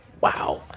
wow